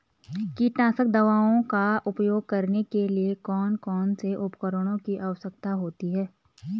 कीटनाशक दवाओं का उपयोग करने के लिए कौन कौन से उपकरणों की आवश्यकता होती है?